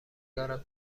دارم